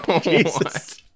Jesus